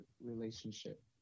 relationship